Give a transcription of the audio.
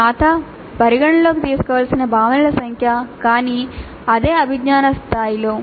ఖాతా పరిగణనలోకి తీసుకోవలసిన భావనల సంఖ్య కానీ అదే అభిజ్ఞా స్థాయిలో